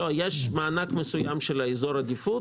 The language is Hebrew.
לא, יש מענק מסוים של אזור עדיפות.